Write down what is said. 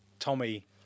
tommy